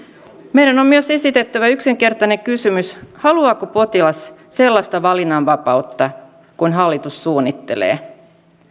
meidän on myös esitettävä yksinkertainen kysymys haluaako potilas sellaista valinnanvapautta kuin hallitus suunnittelee